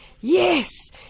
yes